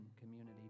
community